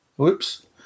Oops